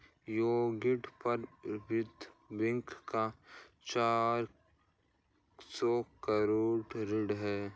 Uganda पर विश्व bank का चार सौ करोड़ ऋण है